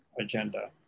agenda